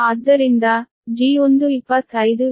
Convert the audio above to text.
ಆದ್ದರಿಂದ G1 25 MVA 6